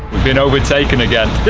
we're been overtaken again.